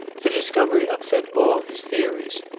the discovery upset all his theories.